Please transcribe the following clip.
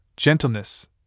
Gentleness